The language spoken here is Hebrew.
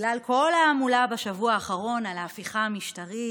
שבגלל כל ההמולה בשבוע האחרון על ההפיכה המשטרית